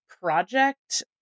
project